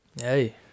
Hey